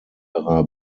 ihrer